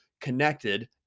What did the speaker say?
connected